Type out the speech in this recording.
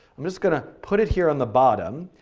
i'm just going to put it here on the bottom.